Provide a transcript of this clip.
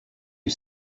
you